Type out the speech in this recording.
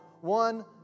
one